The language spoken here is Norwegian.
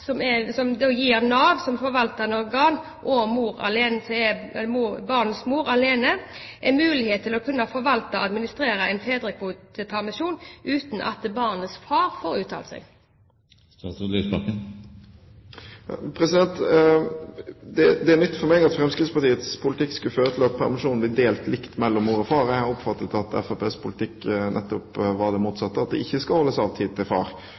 å forvalte og administrere en fedrekvotepermisjon uten at barnets far får uttale seg? Det er nytt for meg at Fremskrittspartiets politikk skulle føre til at permisjonen blir delt likt mellom mor og far. Jeg har oppfattet at Fremskrittspartiets politikk nettopp var det motsatte – at det ikke skal holdes av tid til far.